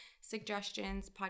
suggestions